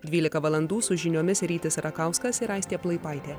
dvylika valandų su žiniomis rytis rakauskas ir aistė plaipaitė